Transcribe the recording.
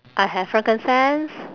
I have frankincense